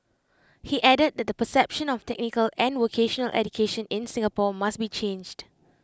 he added that the perception of technical and vocational education in Singapore must be changed